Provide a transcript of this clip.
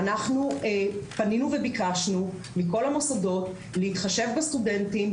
ואנחנו פנינו וביקשנו מכל המוסדות להתחשב בסטודנטים,